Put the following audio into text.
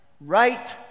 right